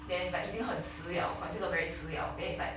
then it's like 已经很迟了 consider very 迟了